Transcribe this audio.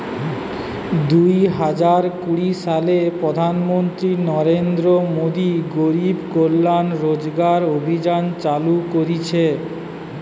দুই হাজার কুড়ি সালে প্রধান মন্ত্রী নরেন্দ্র মোদী গরিব কল্যাণ রোজগার অভিযান চালু করিছে